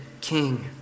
king